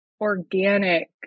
organic